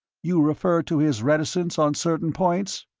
you refer to his reticence on certain points?